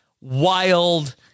wild